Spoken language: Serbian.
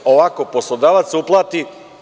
Ovako, poslodavac uplati,